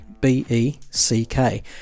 B-E-C-K